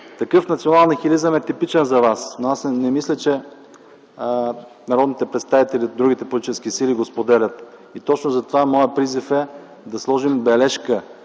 Такъв национален нихилизъм е типичен за вас, но аз не мисля, че народните представители от другите политически сили го споделят. Точно затова моят призив е да сложим бележка